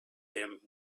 him